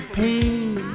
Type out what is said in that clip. pain